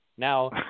Now